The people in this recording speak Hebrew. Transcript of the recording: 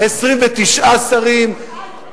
29 שרים.